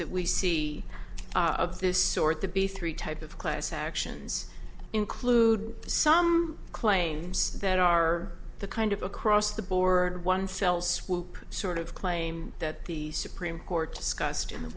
that we see are of this sort to be three type of class actions including some claims that are the kind of across the board one fell swoop sort of claim that the supreme court discussed in the